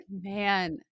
man